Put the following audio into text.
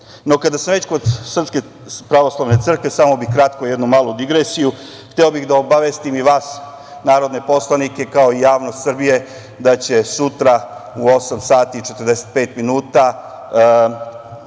dovijeka. Kada sam već kod Srpske pravoslavne crkve, samo bih kratko jednu malu digresiju. Hteo bih da obavestim i vas narodne poslanike, kao i javnost Srbije da će sutra u 8.45 časova